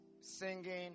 singing